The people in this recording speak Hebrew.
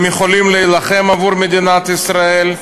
הם יכולים להילחם עבור מדינת ישראל,